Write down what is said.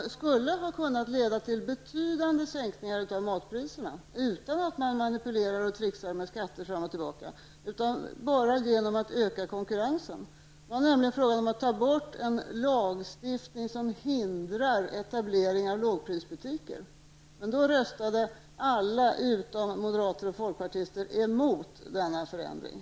Det skulle ha kunnat leda till betydande sänkningar av matpriserna, utan att man manipulerar och trixar med skatter fram och tillbaka, nämligen genom en ökning av konkurrensen. Det var nämligen fråga om att ta bort en lagstiftning som hindrar etableringar av lågprisbutiker. Men då röstade alla utom moderater och folkpartister mot denna förändring.